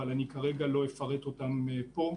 אבל אני כרגע לא אפרט אותם פה.